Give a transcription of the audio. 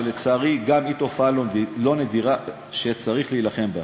שלצערי גם היא תופעה לא נדירה שצריך להילחם בה.